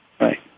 Right